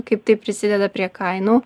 kaip tai prisideda prie kainų